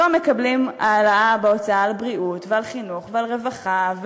לא מקבלים העלאה בהוצאה על בריאות ועל חינוך ועל רווחה,